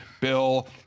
bill